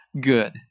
good